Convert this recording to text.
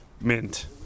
mint